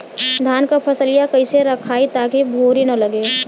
धान क फसलिया कईसे रखाई ताकि भुवरी न लगे?